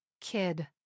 Kid